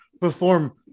perform